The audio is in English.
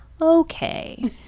okay